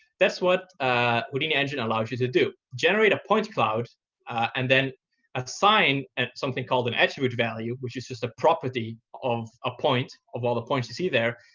that's what houdini engine allows you to do generate a point cloud and then assign and something called an attribute value, which is just a property of a point of all the point you see there.